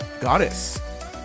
goddess